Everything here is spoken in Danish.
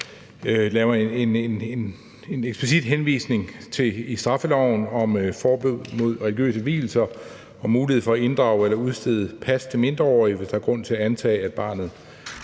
laver en eksplicit henvisning i straffeloven om forbud mod religiøse vielser, om mulighed for at inddrage eller nægte at udstede pas til mindreårige, hvis der er grund til at antage, at barnet